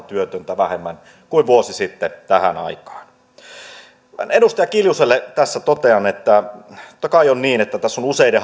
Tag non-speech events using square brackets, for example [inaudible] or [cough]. [unintelligible] työtöntä vähemmän kuin vuosi sitten tähän aikaan edustaja kiljuselle tässä totean että totta kai on niin että tässä on useiden